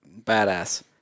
badass